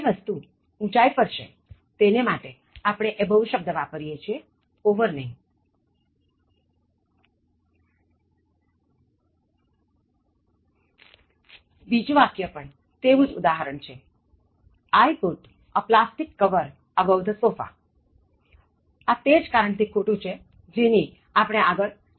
જે વસ્તુ ઊંચાઇ પર છેતેને માટે આપણે above શબ્દ વાપરીએ છીએ over નહીં બીજું વાક્ય પણ તેવું જ ઉદાહરણ છે I put a plastic cover above the sofa આ તે જ કારણ થી ખોટું છેજેની આપણે આગળ ચર્ચા કરી છે